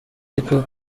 ariko